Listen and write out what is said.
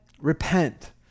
repent